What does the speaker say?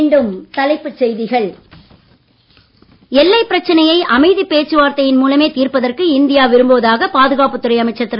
மீண்டும் தலைப்புச் செய்திகள் எல்லைப் பிரச்சனையை அமைதிப் பேச்சுவார்த்தையின் மூலமே தீர்ப்பதற்கு இந்தியா விரும்புவதாக பாதுகாப்புத் துறை அமைச்சர் திரு